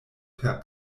per